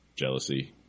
jealousy